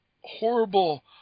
horrible